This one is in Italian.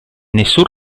nessun